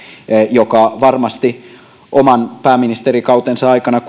joka varmasti oman pääministerikautensa aikana